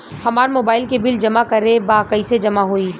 हमार मोबाइल के बिल जमा करे बा कैसे जमा होई?